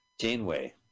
Janeway